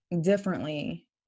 differently